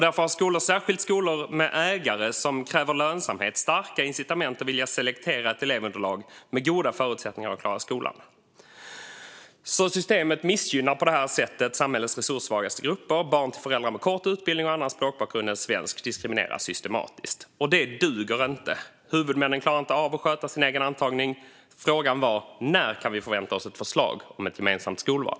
Därför har särskilt skolor med ägare som kräver lönsamhet starka incitament att vilja selektera ett elevunderlag med goda förutsättningar att klara skolan. Systemet missgynnar på det här sättet samhällets resurssvagaste grupper, som barn till föräldrar med kort utbildning, och barn med annan språkbakgrund än svensk diskrimineras systematiskt. Det duger inte. Huvudmännen klarar inte av att sköta sin egen antagning. Frågan var: När kan vi förvänta oss ett förslag om ett gemensamt skolval?